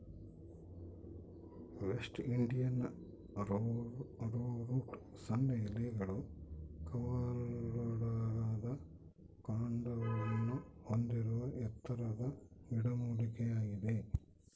West Indian arrowroot ಸಣ್ಣ ಎಲೆಗಳು ಕವಲೊಡೆದ ಕಾಂಡವನ್ನು ಹೊಂದಿರುವ ಎತ್ತರದ ಗಿಡಮೂಲಿಕೆಯಾಗಿದೆ